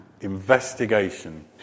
investigation